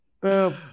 Boom